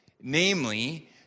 namely